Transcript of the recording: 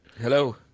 Hello